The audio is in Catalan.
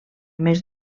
més